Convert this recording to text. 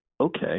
okay